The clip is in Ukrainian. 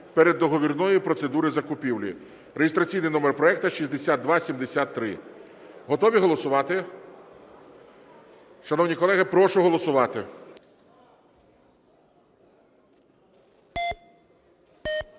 переговорної процедури закупівлі (реєстраційний номер проекту 6273). Готові голосувати? Шановні колеги, прошу голосувати.